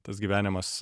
tas gyvenimas